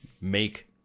make